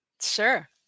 Sure